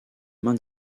main